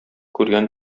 күргән